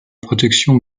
protection